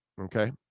okay